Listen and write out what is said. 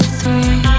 three